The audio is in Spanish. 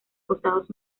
costados